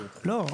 לא,